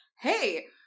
hey